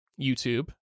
YouTube